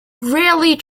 rarely